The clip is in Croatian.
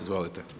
Izvolite.